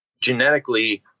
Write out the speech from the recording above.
genetically